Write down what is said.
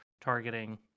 targeting